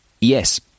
yes